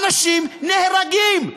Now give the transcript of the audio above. אנשים נהרגים,